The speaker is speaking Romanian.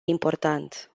important